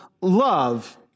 love